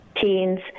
teens